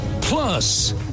Plus